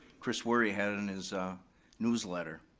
chris wery had in his newsletter.